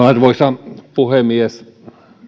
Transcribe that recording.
arvoisa puhemies